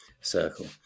circle